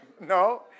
No